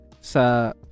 sa